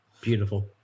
Beautiful